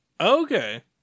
Okay